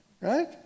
right